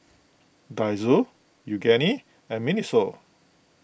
Daiso Yoogane and Miniso